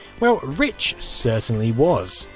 well, rich certainly was.